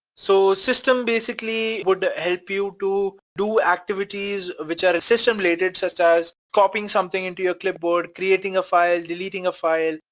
so system basically would help you to do activities which are system related, such as copying something into your clipboard, creating a file, deleting a file,